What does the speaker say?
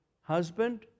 husband